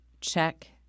Check